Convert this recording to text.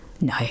no